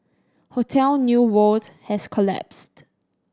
hotel New World has collapsed